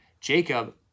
Jacob